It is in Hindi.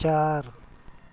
चार